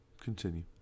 Continue